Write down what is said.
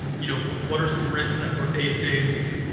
you know what what are some risks that we're facing.